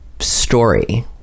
story